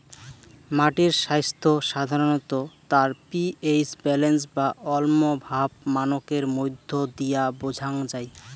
মাটির স্বাইস্থ্য সাধারণত তার পি.এইচ ব্যালেন্স বা অম্লভাব মানকের মইধ্য দিয়া বোঝাং যাই